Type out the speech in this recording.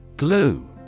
Glue